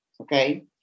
okay